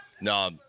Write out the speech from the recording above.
no